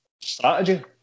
strategy